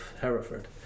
Hereford